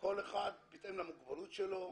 כל אחד בהתאם למוגבלות שלו,